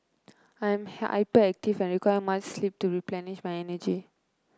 I am hyperactive and require much sleep to replenish my energy